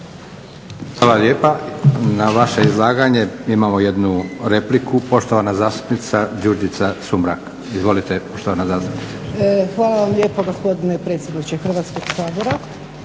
Hvala lijepa. Na vaše izlaganje imamo jednu repliku, poštovana zastupnica Đurđica Sumrak. Izvolite, poštovana zastupnice. **Sumrak, Đurđica (HDZ)** Hvala vam lijepa gospodine potpredsjedniče Hrvatskoga sabora.